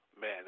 Man